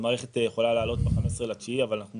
המערכת יכולה לעלות ב-15 בספטמבר אבל אנחנו